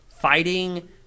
fighting